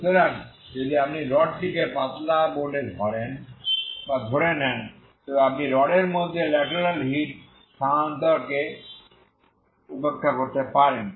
সুতরাং যদি আপনি রডটিকে পাতলা বলে ধরে নেন তবে আপনি রডের মধ্যে ল্যাটেরাল হিট স্থানান্তরকে উপেক্ষা করতে পারেন